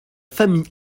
famille